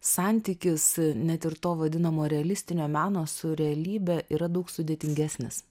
santykis net ir to vadinamo realistinio meno su realybe yra daug sudėtingesnis